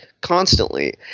constantly